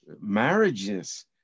marriages